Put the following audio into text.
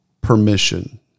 permission